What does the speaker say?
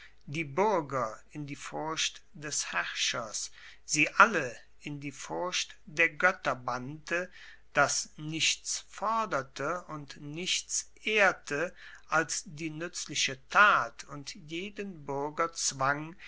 die buerger in die furcht des herrschers sie alle in die furcht der goetter bannte das nichts forderte und nichts ehrte als die nuetzliche tat und jeden buerger zwang